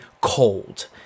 cold